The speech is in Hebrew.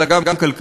אלא גם כלכלית.